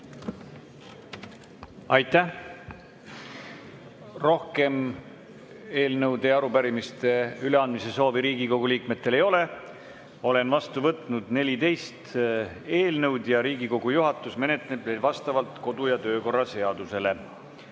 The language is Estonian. Aitäh! Rohkem eelnõude ja arupärimiste üleandmise soovi Riigikogu liikmetel ei ole. Olen vastu võtnud 14 eelnõu ja Riigikogu juhatus menetleb neid vastavalt kodu‑ ja töökorra seadusele.